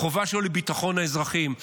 החובה שלו לביטחון האזרחים.